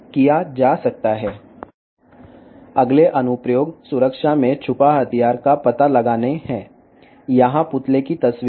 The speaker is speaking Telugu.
తదుపరి అనువర్తనం దాచిన ఆయుధాన్ని సెక్యూరిటీ వద్ద గుర్తించడం